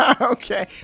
okay